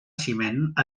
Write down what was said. ciment